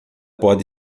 pode